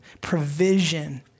provision